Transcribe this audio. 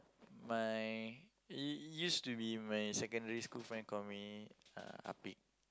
my it used to be my secondary school friend call me uh